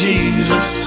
Jesus